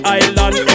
island